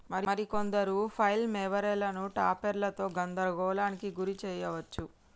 మరి కొందరు ఫ్లైల్ మోవరులను టాపెర్లతో గందరగోళానికి గురి శెయ్యవచ్చు